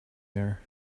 there